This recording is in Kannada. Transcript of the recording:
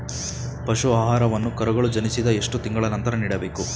ಪಶು ಆಹಾರವನ್ನು ಕರುಗಳು ಜನಿಸಿದ ಎಷ್ಟು ತಿಂಗಳ ನಂತರ ನೀಡಬೇಕು?